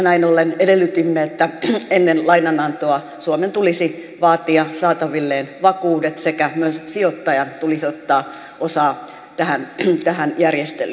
näin ollen edellytimme että ennen lainanantoa suomen tulisi vaatia saatavilleen vakuudet sekä myös sijoittajien tulisi ottaa osaa tähän järjestelyyn